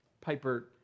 Piper